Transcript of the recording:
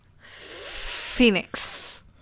Phoenix